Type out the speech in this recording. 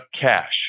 cash